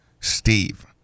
steve